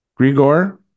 Grigor